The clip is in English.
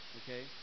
okay